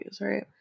right